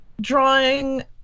drawing